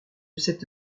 cette